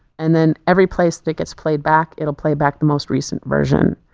and then every place that gets playback it will play back the most recent version.